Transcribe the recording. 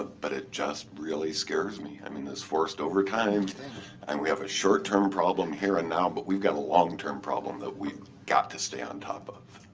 ah but it just really scares me. i mean, this forced overtime and we have a short term problem here and now, but we've got a long term problem that we've got to stay on top of.